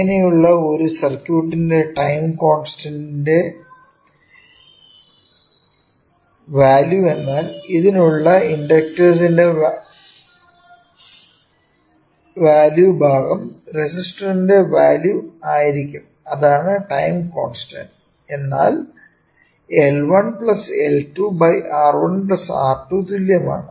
ഇങ്ങിനെയുള്ള ഒരു സർക്യുട്ടിന്റെ ടൈം കോൺസ്റ്റന്റിന്റെ വാല്യൂ എന്നാൽ അതിലുള്ള ഇണ്ടക്ടർസ്ന്റെ വാല്യൂ ഭാഗം റെസിസ്റ്റർസ്ന്റെ വാല്യൂ ആയിരിക്കും അതായതു ടൈം കോൺസ്റ്റന്റ് എന്നാൽ L1 L2 R1 R2 ന് തുല്യമാണ്